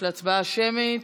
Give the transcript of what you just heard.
להצבעה שמית.